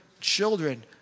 children